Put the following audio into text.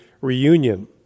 reunion